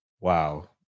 Wow